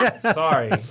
sorry